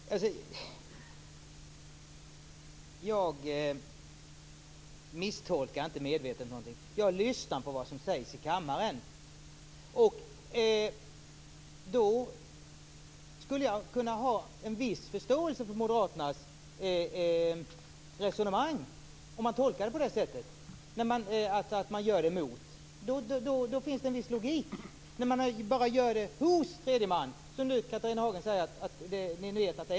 Herr talman! Jag misstolkar ingenting medvetet. Jag lyssnar på vad som sägs i kammaren. Jag skulle kunna ha en viss förståelse för moderaternas resonemang om de hade tolkat det som att revisioner sker mot tredje man. Då finns det en viss logik. Nu säger Catharina Hagen att ni vet att man gör revision hos tredje man.